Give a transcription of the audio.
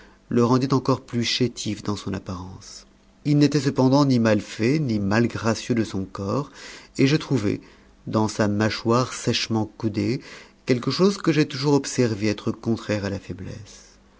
le rendaient encore plus chétif dans son apparence il n'était cependant ni mal fait ni malgracieux de son corps et je trouvais dans sa mâchoire sèchement coudée quelque chose que j'ai toujours observé être contraire à la faiblesse